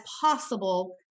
possible